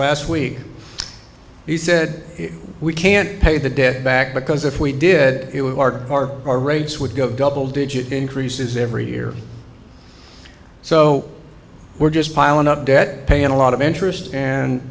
last week he said we can't pay the debt back because if we did our rates would go double digit increases every year so we're just piling up debt paying a lot of interest and